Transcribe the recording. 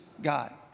God